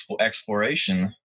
exploration